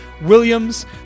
Williams